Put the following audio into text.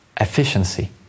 efficiency